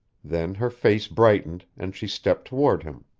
then her face brightened, and she stepped toward him.